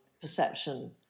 perception